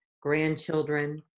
grandchildren